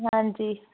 ਹਾਂਜੀ